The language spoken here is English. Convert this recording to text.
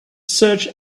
search